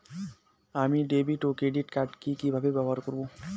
আমি ডেভিড ও ক্রেডিট কার্ড কি কিভাবে ব্যবহার করব?